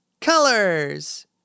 Colors